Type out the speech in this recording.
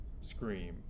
scream